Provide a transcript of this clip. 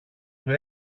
του